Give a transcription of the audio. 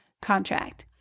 contract